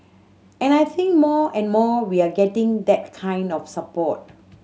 and I think more and more we are getting that kind of support